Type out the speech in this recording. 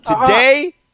today